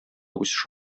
үсеш